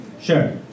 Sure